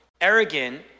arrogant